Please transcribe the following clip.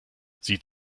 sieht